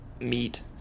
meet